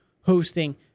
hosting